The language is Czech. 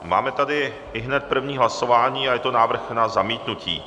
Máme tedy ihned první hlasování a je to návrh na zamítnutí.